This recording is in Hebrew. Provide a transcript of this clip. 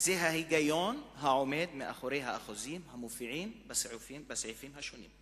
ההיגיון שעומד מאחורי האחוזים המופיעים בסעיפים השונים.